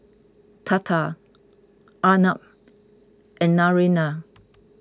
Tata Arnab and Naraina